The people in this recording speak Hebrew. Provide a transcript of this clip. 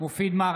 מופיד מרעי,